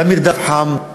גם מרדף חם,